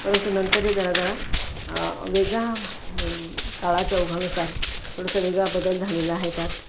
परंतु नंतरही जरा जरा वेगळा काळाच्या ओघानुसार थोडासा वेगळा बदल झालेला आहे त्यात